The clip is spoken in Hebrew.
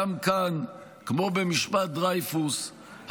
כמו במשפט דרייפוס,